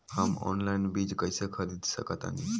हम ऑनलाइन बीज कईसे खरीद सकतानी?